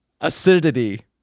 acidity